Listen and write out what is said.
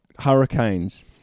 Hurricanes